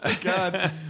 God